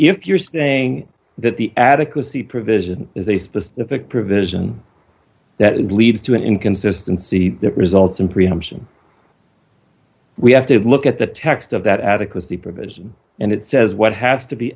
if you're saying that the adequacy provision is a specific provision that leads to an inconsistency that results in preemption we have to look at the text of that adequacy provision and it says what has to be